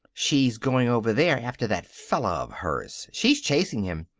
she's going over there after that fella of hers. she's chasing him.